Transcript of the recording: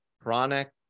chronic